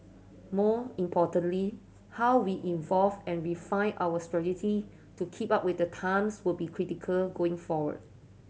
more importantly how we involve and refine our to keep up with the times will be critical going forward